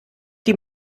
die